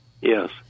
Yes